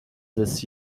this